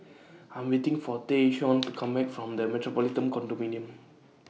I Am waiting For Tayshaun to Come Back from The Metropolitan Condominium